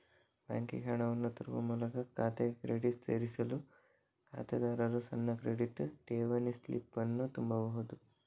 ಬ್ಯಾಂಕಿಗೆ ಹಣವನ್ನು ತರುವ ಮೂಲಕ ಖಾತೆಗೆ ಕ್ರೆಡಿಟ್ ಸೇರಿಸಲು ಖಾತೆದಾರರು ಸಣ್ಣ ಕ್ರೆಡಿಟ್, ಠೇವಣಿ ಸ್ಲಿಪ್ ಅನ್ನು ತುಂಬಬಹುದು